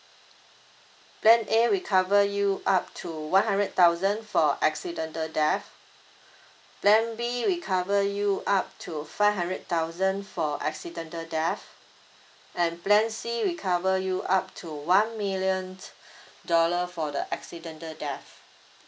plan A we cover you up to one hundred thousand for accidental death plan B we cover you up to five hundred thousand for accidental death and plan C we cover you up to one million dollar for the accidental death